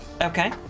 Okay